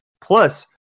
Plus